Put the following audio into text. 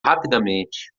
rapidamente